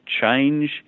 change